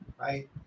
right